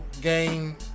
Game